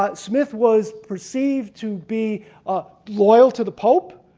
but smith was perceived to be ah loyal to the pope.